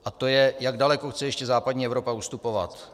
A to je, jak daleko chce ještě západní Evropa ustupovat.